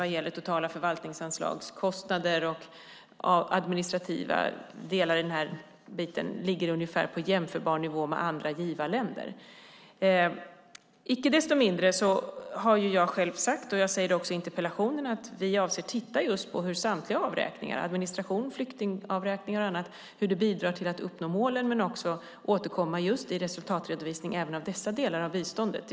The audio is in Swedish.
Vad gäller totala förvaltningsanslag, kostnader och olika administrativa delar, ligger Sverige i en internationell jämförelse ungefär i nivå med andra givarländer. Icke desto mindre har jag tidigare sagt, och säger också i interpellationssvaret, att vi avser att titta på hur samtliga avräkningar - administration, flyktingavräkningar och annat - bidrar till att uppnå målen samt återkomma med resultatredovisning även av dessa delar av biståndet.